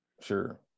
Sure